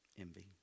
envy